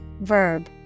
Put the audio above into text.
verb